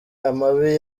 amabi